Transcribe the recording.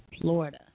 Florida